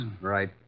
Right